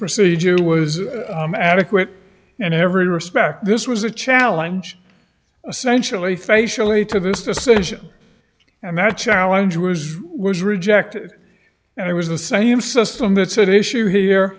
procedure was adequate in every respect this was a challenge essential a facially to this decision and that challenge was reject it and it was the same system that said issue here